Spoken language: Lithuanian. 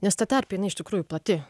nes ta terpė jinai iš tikrųjų plati